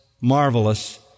marvelous